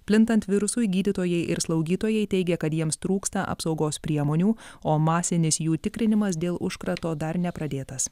plintant virusui gydytojai ir slaugytojai teigia kad jiems trūksta apsaugos priemonių o masinis jų tikrinimas dėl užkrato dar nepradėtas